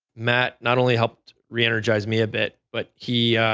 matt not only helped re-energize me a bit but he